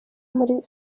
muri